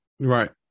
Right